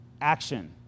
action